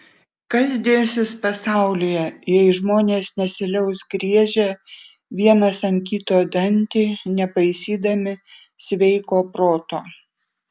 kas dėsis pasaulyje jei žmonės nesiliaus griežę vienas ant kito dantį nepaisydami sveiko proto